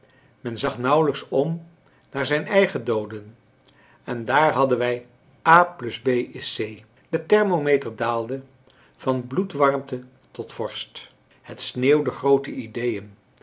men zag nauwelijks om naar zijn eigen dooden en daar hadden wij a b c de thermometer daalde van bloedwarmte tot vorst het sneeuwde groote ideeën